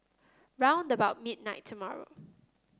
round about midnight tomorrow